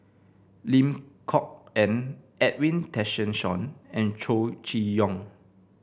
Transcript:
Lim Kok Ann Edwin Tessensohn and Chow Chee Yong